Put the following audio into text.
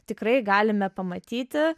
tikrai galime pamatyti